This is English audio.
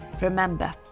remember